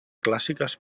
clàssiques